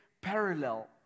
parallel